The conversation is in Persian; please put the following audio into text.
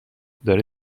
داره